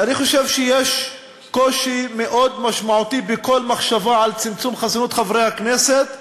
אני חושב שיש קושי מאוד משמעותי בכל מחשבה על צמצום חסינות חברי הכנסת,